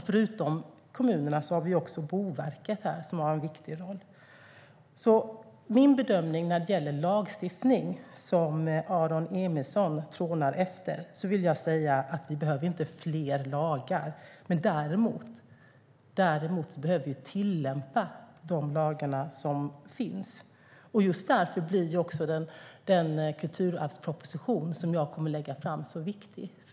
Förutom kommunerna har också Boverket en viktig roll. Min bedömning när det gäller lagstiftning, som Aron Emilsson trånar efter, är att vi inte behöver fler lagar, men däremot behöver vi tillämpa de lagar som finns. Just därför blir den kulturarvsproposition som jag kommer att lägga fram så viktig.